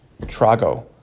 trago